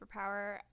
superpower